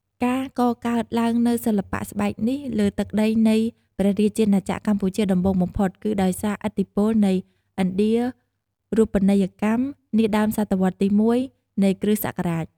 ការកកើតឡើងនូវសិល្បៈស្បែកនេះលើទឹកដីនៃព្រះរាជាណាចក្រកម្ពុជាដំបូងបំផុត គឺដោយសារឥទ្ធិពលនៃ ឥណ្ឌារូបនីយកម្ម នាដើមសតវត្សទី១ នៃគ្រិស្តសករាជ។